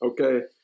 Okay